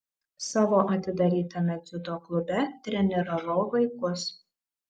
savo atidarytame dziudo klube treniravau vaikus